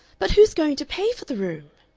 but who's going to pay for the room?